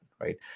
right